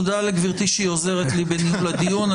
תודה לגבירתי שהיא עוזרת לי בניהול הדיון.